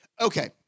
Okay